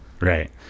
Right